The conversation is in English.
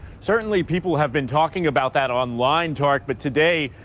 certainly people have been talking about that online tart but today,